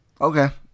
Okay